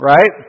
Right